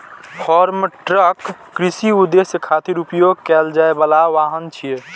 farm truck कृषि उद्देश्य खातिर उपयोग कैल जाइ बला वाहन छियै